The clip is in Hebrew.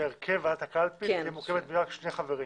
שהרכב ועדת הקלפי מורכבת רק משני חברים